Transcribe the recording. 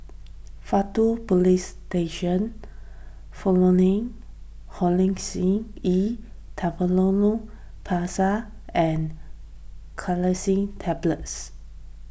Faktu Policestation E Triamcinolone Paste and Cinnarizine Tablets